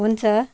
हुन्छ